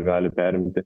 gali perimti